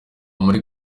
muri